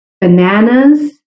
bananas